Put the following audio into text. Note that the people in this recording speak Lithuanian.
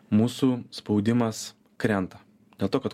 mūsų spaudimas krenta dėl to kad